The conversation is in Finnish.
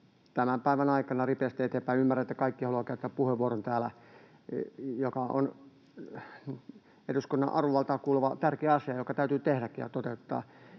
tämän päivän aikana ripeästi eteenpäin. Ymmärrän, että kaikki haluavat käyttää puheenvuoron täällä tästä, mikä on eduskunnan arvovaltaan kuuluva tärkeä asia, joka täytyy tehdäkin ja toteuttaa.